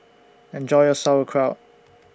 Enjoy your Sauerkraut